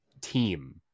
team